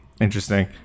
interesting